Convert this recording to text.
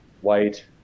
white